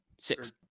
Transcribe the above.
six